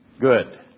Good